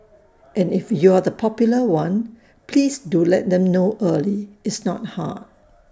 and if you're the popular one please do let them know early it's not hard